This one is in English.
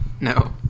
No